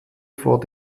vor